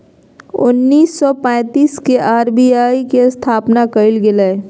उन्नीस सौ पैंतीस के आर.बी.आई के स्थापना कइल गेलय